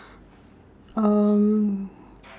um